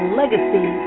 legacy